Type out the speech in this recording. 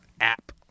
App